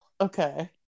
Okay